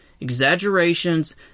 exaggerations